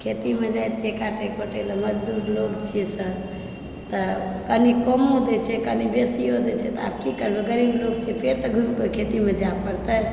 खेतीमे जाइत छियै काटए कूटए लऽमजदूर लोग छियै सर तऽ कनि कमो दए छै कनि बेसियो दए छै तऽ आब की करबै गरीब लोग छियै फेर तऽ घूरिक ओएह खेतीमे जाए पड़तै